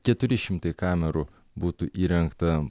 keturi šimtai kamerų būtų įrengta